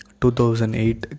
2008